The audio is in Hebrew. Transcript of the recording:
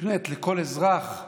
מוקנית לכל אזרח,